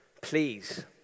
Please